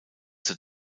zur